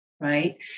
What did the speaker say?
right